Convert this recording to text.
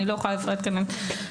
אני לא יכולה לפרט כאן את כולם,